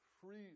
free